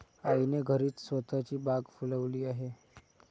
आईने घरीच स्वतःची बाग फुलवली आहे